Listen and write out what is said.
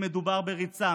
אם מדובר בריצה,